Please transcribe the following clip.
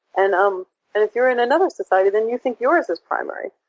and um and if you're in another society, then you think yours is primary.